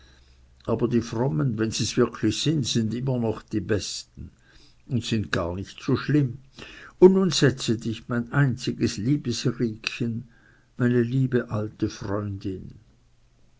aber die frommen wenn sie's wirklich sind sind immer noch die besten und sind gar nicht so schlimm und nun setze dich mein einziges liebes riekchen meine liebe alte freundin